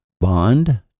bond